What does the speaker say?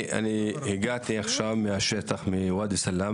הייתי גם בכפר מנדא בשבת, וגם שם לצערי